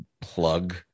plug